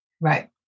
Right